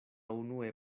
unue